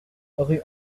rue